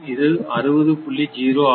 இது 60